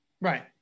Right